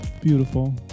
beautiful